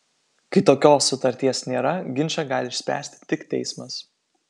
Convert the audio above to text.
kai tokios sutarties nėra ginčą gali išspręsti tik teismas